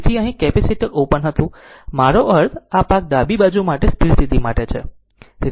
તેથી અહીં capacitor open હતું મારો અર્થ આ ભાગ ડાબી બાજુ માટે સ્થિર સ્થિતિ માટે છે